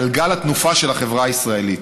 גלגל התנופה של החברה הישראלית,